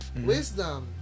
wisdom